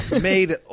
made